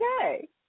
okay